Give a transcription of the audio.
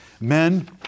Men